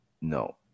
No